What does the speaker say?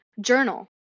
journal